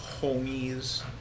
homies